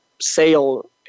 sale